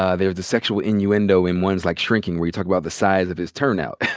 ah there's the sexual innuendo in one is like shrinking, where you talk about the size of his turnout,